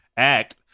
act